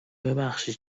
ببخشید